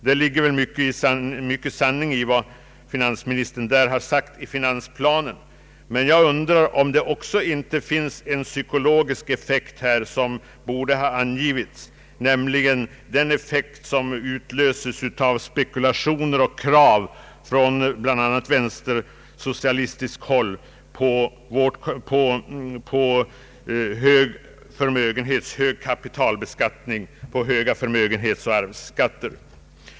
Det ligger mycken sanning i vad finansministern därvidlag har sagt i finansplanen, men jag undrar om det inte också finns en psykologisk effekt som borde ha angivits, nämligen den effekt som utlöses av spekulationer och krav från bl.a. vänstersocialistiskt håll på skärpt beskattning av förmögenheter och arv.